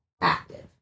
active